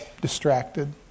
distracted